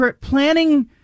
planning